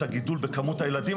את הגידול בכמות הילדים,